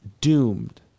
doomed